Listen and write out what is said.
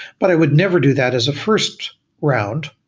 but i would never do that as a first round.